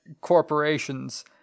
corporations